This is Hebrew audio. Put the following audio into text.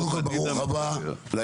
קודם כל, ברוך הבא לאזרח.